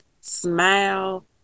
smile